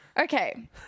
Okay